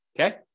okay